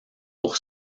pour